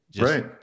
Right